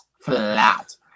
flat